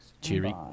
Cheery